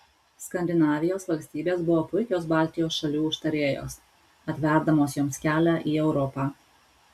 skandinavijos valstybės buvo puikios baltijos šalių užtarėjos atverdamos joms kelią į europą